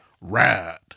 Rad